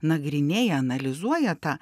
nagrinėja analizuoja tą